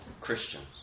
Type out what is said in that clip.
Christians